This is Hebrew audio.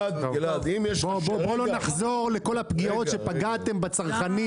בוא לא נחזור לכל הפגיעות שפגעתם בצרכנים